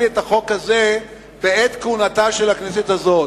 את החוק הזה בעת כהונתה של הכנסת הזאת,